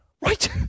Right